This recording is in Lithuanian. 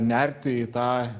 nerti į tą